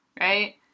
right